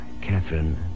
Catherine